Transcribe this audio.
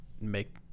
make